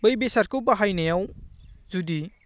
बै बेसादखौ बाहायनायाव जुदि